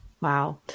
Wow